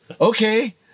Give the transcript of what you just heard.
okay